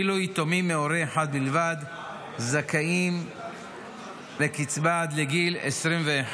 ואילו יתומים מהורה אחד בלבד זכאים לקצבה עד לגיל 21,